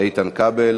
איתן כבל.